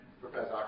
Professor